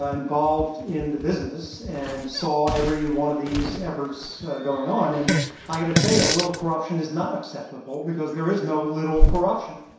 ah involved in the business, and saw every one of these efforts going on. and i've got to a ah little corruption is not acceptable because there is no little corruption.